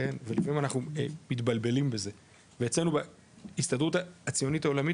לפעמים אנחנו מתבלבלים בזה ואצלנו בהסתדרות הציונית העולמית,